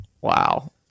Wow